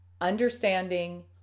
understanding